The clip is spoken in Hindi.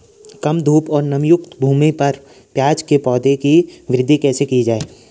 कम धूप और नमीयुक्त भूमि पर प्याज़ के पौधों की वृद्धि कैसे की जाए?